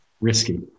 risky